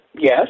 Yes